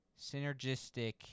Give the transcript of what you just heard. synergistic